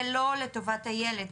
זה לא לטובת הילד.